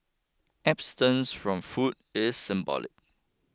abstinence from food is symbolic